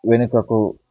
వెనుకకు